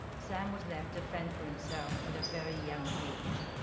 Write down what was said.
sam was left to fend for himself at a very young age.